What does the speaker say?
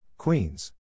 Queens